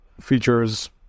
features